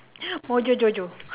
mojo jojo